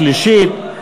מס' 19 והוראת שעה) (שילוב תלמידי ישיבות),